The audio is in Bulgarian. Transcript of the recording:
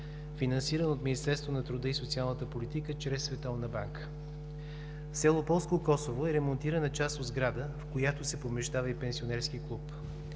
финансиран от Министерство на труда и социалната политика чрез Световна банка. В село Полско Косово е ремонтирана част от сграда, в която се помещава и пенсионерски клуб.